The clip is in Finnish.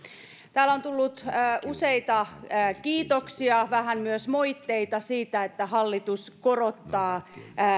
täällä on tullut useita kiitoksia vähän myös moitteita siitä että hallitus korottaa